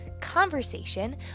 conversation